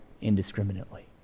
indiscriminately